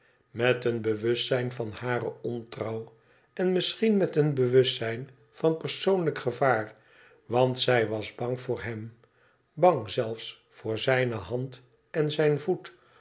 met een bewustzijn van hare ontrouw en misschien met een bewustzijn van persoonlijk gevaar want zij was bang voor hem r bang zelfs voor zijne hand en zijn voet